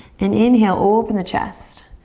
and inhale, open the chest.